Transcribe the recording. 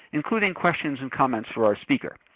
including questions and comments for our speaker.